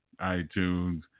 iTunes